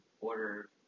order